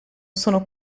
sono